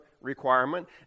requirement